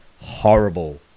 horrible